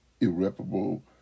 irreparable